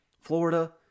Florida